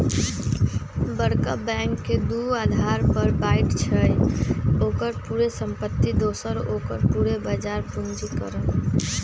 बरका बैंक के दू अधार पर बाटइ छइ, ओकर पूरे संपत्ति दोसर ओकर पूरे बजार पूंजीकरण